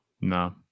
No